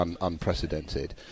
unprecedented